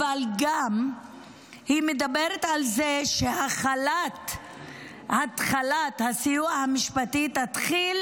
אבל היא מדברת גם על זה שהתחלת הסיוע המשפטי תתחיל